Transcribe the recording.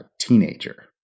teenager